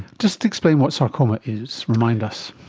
just explain what sarcoma is, remind us.